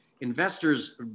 investors